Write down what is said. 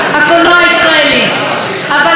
אבל זהו זה, זה הסתיים.